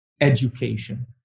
education